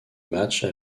matchs